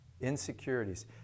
Insecurities